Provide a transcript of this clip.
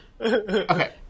Okay